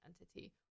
entity